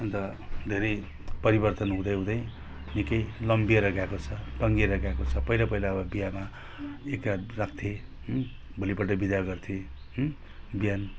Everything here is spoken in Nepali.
अनि त धेरै परिवर्तन हुँदै हुँदै निकै लम्बिएर गएको छ तन्किएर गएको छ पहिला पहिला अब बिहामा एक रात राख्थे भोलिपल्ट बिदा गर्थे बिहान